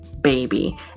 baby